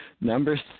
number